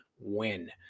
win